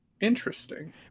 Interesting